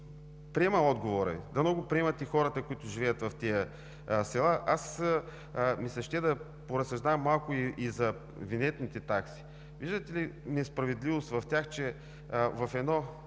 приема отговора Ви, дано го приемат и хората, които живеят в тези села. Иска ми се да поразсъждавам малко и за винетните такси. Виждате ли несправедливост в тях? В едно